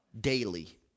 daily